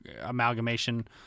amalgamation